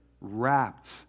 wrapped